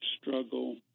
struggle